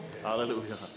Hallelujah